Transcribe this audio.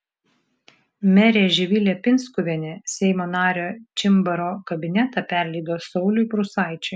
merė živilė pinskuvienė seimo nario čimbaro kabinetą perleido sauliui prūsaičiui